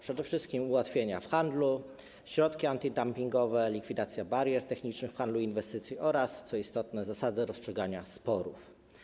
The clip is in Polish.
Przede wszystkim ułatwienia w handlu, środki antydumpingowe, likwidacja barier technicznych w handlu i inwestycjach oraz, co istotne, zasady rozstrzygania sporów.